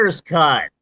cut